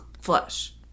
flush